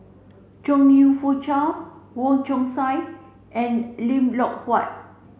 Chong You Fook Charles Wong Chong Sai and Lim Loh Huat